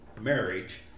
marriage